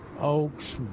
oaks